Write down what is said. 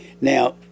Now